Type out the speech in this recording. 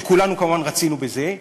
וכולנו כמובן רצינו בזה,